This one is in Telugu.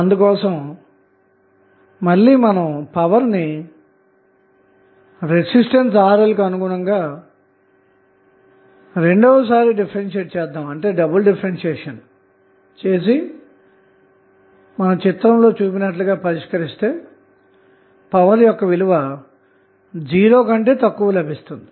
అందుకోసం మరలా పవర్ ను రెసిస్టెన్స్ RL కు అనుగుణంగా రెండవ సారి డిఫరెన్షియేట్ చేసి చిత్రంలో చూపినట్లుగా పరిష్కరిస్తే పవర్ విలువ సున్నా కంటే తక్కువ వస్తుంది